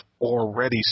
already